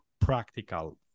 practical